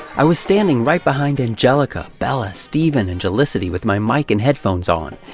i was standing right behind angelica, bella, stephen, and jelicity with my mic and headphones on,